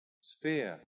sphere